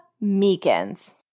Meekins